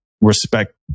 respect